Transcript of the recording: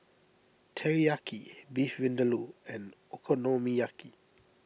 Teriyaki Beef Vindaloo and Okonomiyaki